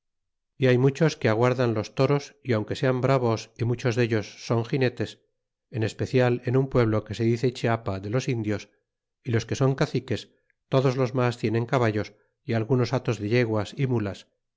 y hay muchos que aguardan los toros y aunque sean bravos y muchos dellos son ginetes en especial en un pueblo que se dice chispa de los indios y los que son caciques todos los mas tienen caballos y algunos atos de yeguas y mulas